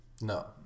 No